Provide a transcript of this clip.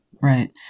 right